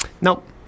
Nope